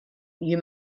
you